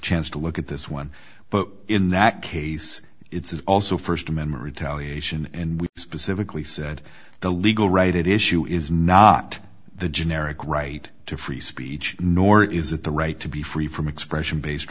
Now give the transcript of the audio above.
chance to look at this one but in that case it's also a st amendment retaliation and we specifically said the legal right it is you is not the generic right to free speech nor is it the right to be free from expression based